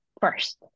first